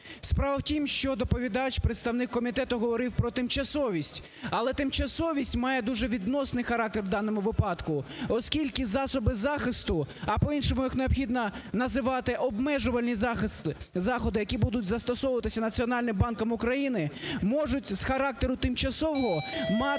Справа у тім, що доповідач, представник комітету, говорив про тимчасовість, але тимчасовість має дуже відносний характер у даному випадку, оскільки засоби захисту, а по іншому їх необхідно називати обмежувальні заходи, які будуть застосовуватися Національним банком, можуть з характеру тимчасового мати